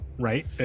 Right